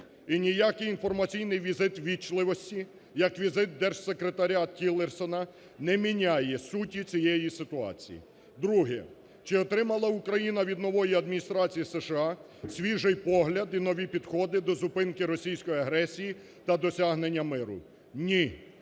І ніякий інформаційний візит ввічливості, як візит Держсекретаря Тіллерсона, не міняє суті цієї ситуації. Друге. Чи отримала Україна від нової адміністрації США свіжий погляд і нові підходи до зупинки російської агресії та досягнення миру? Ні.